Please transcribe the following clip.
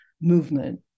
movement